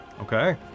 okay